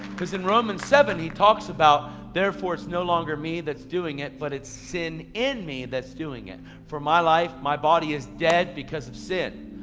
because in romans seven, he talks about therefore it's no longer me that's doing it but it's sin in me that's doing it. for my life, my body is dead because of sin,